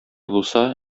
булсa